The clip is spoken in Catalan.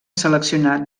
seleccionat